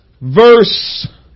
verse